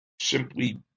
simply